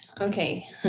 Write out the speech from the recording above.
Okay